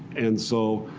and so